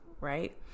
right